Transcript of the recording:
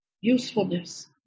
usefulness